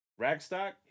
Ragstock